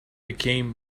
became